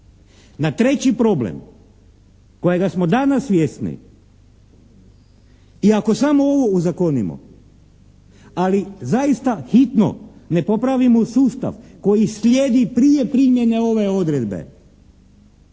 na treći problem kojega smo danas svjesni i ako samo ovo ozakonimo, ali zaista hitno ne popravimo sustav koji slijedi prije primjene ove odredbe,